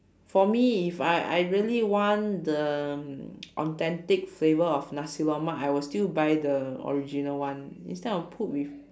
for me if I I really want the mm authentic flavour of nasi-lemak I will still buy the original one instead of put with